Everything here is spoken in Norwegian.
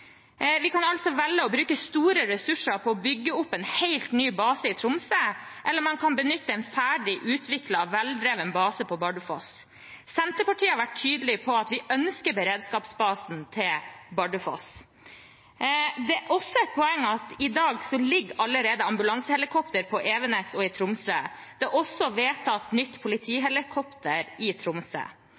Vi kan altså velge å bruke store ressurser på å bygge opp en helt ny base i Tromsø, eller man kan benytte en ferdig utviklet, veldrevet base på Bardufoss. Senterpartiet har vært tydelig på at vi ønsker beredskapsbasen til Bardufoss. Det er også et poeng at i dag er det allerede ambulansehelikopter på Evenes og i Tromsø. Det er også vedtatt nytt politihelikopter til Tromsø. Det er viktig å spre ressursene i